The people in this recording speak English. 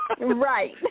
Right